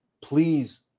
please